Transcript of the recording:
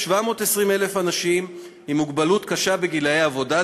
720,000 אנשים עם מוגבלות קשה בגילי העבודה,